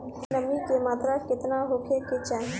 नमी के मात्रा केतना होखे के चाही?